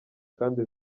kandi